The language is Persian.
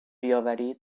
بیاوری